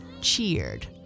cheered